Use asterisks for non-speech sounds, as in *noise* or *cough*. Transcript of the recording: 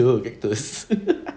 dua cactus *laughs*